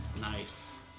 Nice